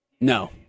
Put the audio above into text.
No